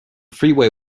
freeway